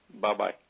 Bye-bye